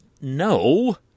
no